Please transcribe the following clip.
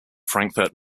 frankfurt